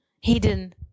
hidden